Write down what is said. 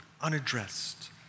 unaddressed